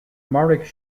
mairfidh